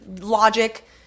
logic